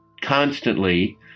constantly